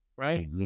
Right